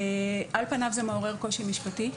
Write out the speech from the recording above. על פניו זה מעורר קושי משפטי.